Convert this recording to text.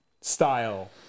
style